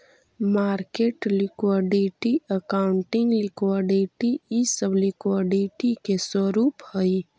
market liquidity, accounting liquidity इ सब liquidity के स्वरूप हई